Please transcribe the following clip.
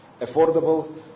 affordable